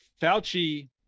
Fauci